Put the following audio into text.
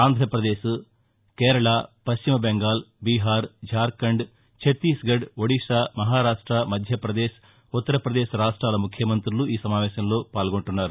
ఆంధ్రప్రదేశ్ కేరళ పశ్చిమ బెంగాల్ బీహార్ జార్టండ్ చత్తీస్గఢ్ ఒడిషా మహారాష్ట మధ్యపదేశ్ ఉత్తర్పదేశ్ రాష్ట్రాల ముఖ్యమంతులు ఈ సమావేశంలో పాల్గొంటున్నారు